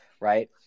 Right